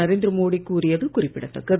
நரேந்திர மோடி கூறியது குறிப்பிடத்தக்கது